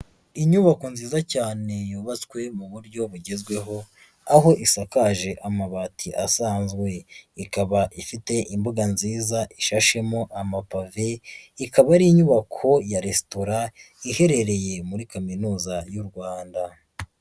Inyubako nziza cyane, yubatswe mu buryo bugezweho, aho isakaje amabati asanzwe. Ikaba ifite imbuga nziza, ishashemo amapave. Ikaba ari inyubako ya resitora. Iherereye muri kaminuza y'u Rwanda.